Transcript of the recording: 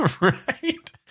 Right